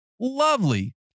lovely